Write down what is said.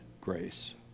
grace